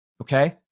okay